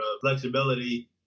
flexibility